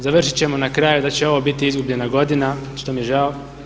Završit ćemo na kraju da će ovo biti izgubljena godina što mi je žao.